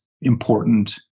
important